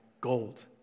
gold